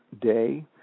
day